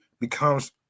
becomes